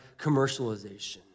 commercialization